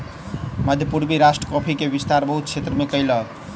मध्य पूर्वी राष्ट्र कॉफ़ी के विस्तार बहुत क्षेत्र में कयलक